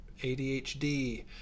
ADHD